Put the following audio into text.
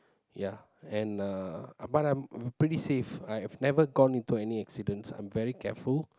ya and uh but I'm pretty save I have never gone into any accidents I'm very careful